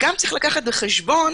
וגם יש לקחת בחשבון